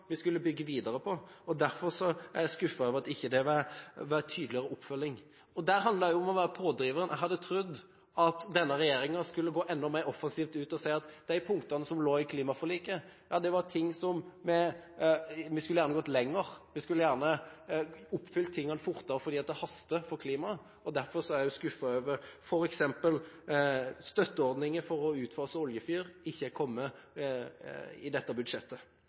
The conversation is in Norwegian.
vi skulle bygge videre på, og derfor er jeg skuffet over at det ikke har vært en tydeligere oppfølging. Det handler også om å være pådrivere. Jeg hadde trodd at denne regjeringen skulle gå enda mer offensivt ut, og si: Punktene i klimaforliket var ting vi gjerne skulle gått lenger med, og vi skulle gjerne oppfylt tingene fortere, fordi det haster for klimaet. Derfor er jeg skuffet over at f.eks. støtteordningen for å utfase oljefyr ikke er kommet med i budsjettet.